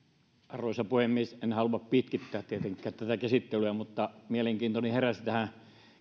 arvoisa puhemies en halua pitkittää tietenkään tätä käsittelyä mutta mielenkiintoni heräsi tähän